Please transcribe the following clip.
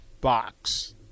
box